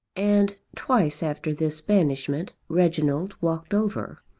and twice after this banishment reginald walked over.